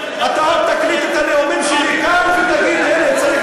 אתה אל תקליט את הנאומים שלי כאן ותגיד לי: אני צריך